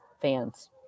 fans